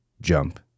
jump